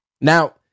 Now